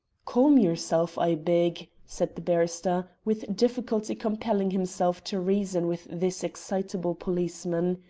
calm yourself, i beg, said the barrister, with difficulty compelling himself to reason with this excitable policeman.